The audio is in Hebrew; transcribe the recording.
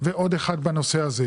בעקבות תלונה.